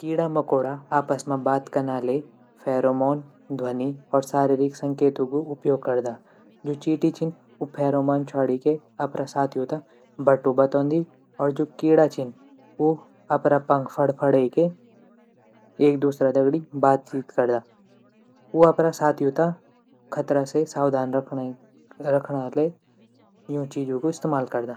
कीड़ा मकोड़ा आपस म बातचीत कना ले फ़ेरोमोन ध्वनि और शारीरिक संकेतों ग उपयोग करदा जू चींटी छीन ऊ फेरोमोन छवाडी के अपरा साथियों त बटु बतौंदी और जू कीड़ा छीन ऊ अपरा पंख फड़फड़े के एक दूसरा दगड़ी बातचीत करदा ऊ अपरा साथियों त ख़तरा से सावधान रखणा ले यूँ चीजूँ ग इस्तेमाल करदा।